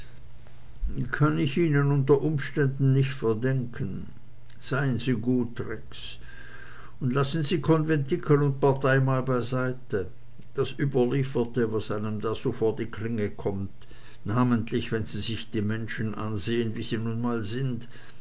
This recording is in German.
kann ich ihnen unter umständen nicht verdenken seien sie gut rex und lassen sie konventikel und partei mal beiseite das überlieferte was einem da so vor die klinge kommt namentlich wenn sie sich die menschen ansehen wie sie nun mal sind